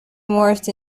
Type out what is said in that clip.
morphed